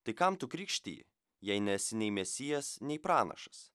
tai kam tu krikštiji jei nesi nei mesijas nei pranašas